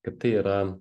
kad tai yra